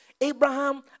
Abraham